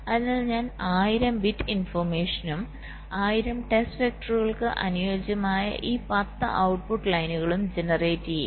അതിനാൽ ഞാൻ 1000 ബിറ്റ് ഇൻഫൊർമേഷനും 1000 ടെസ്റ്റ് വെക്റ്ററുകൾക്ക് അനുയോജ്യമായ ഈ 10 ഔട്ട്പുട്ട് ലൈനുകളും ജനറേറ്റ് ചെയ്യും